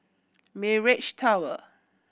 Mirage Tower